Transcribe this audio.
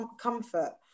comfort